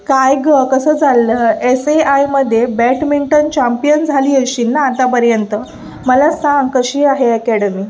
काय गं कसं चाललं एस ए आयमध्ये बॅटमिंटन चाम्पियन झाली असशील ना आतापर्यंत मला सांग कशी आहे ॲकॅडमी